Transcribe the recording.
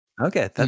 Okay